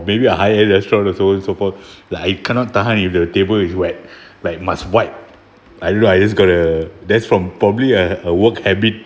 maybe a higher restaurant so and so forth like I cannot tahan if the table is wet like must wipe I don't know I just got a that's from probably a a work habit